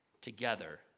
together